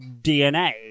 DNA